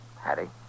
Hattie